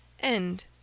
End